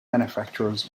manufacturers